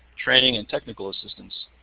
training, and technical assistance.